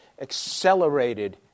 accelerated